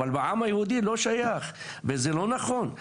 אבל בעם היהודי לא שייך וזה לא נכון.